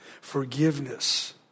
Forgiveness